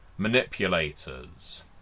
Manipulators